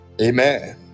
amen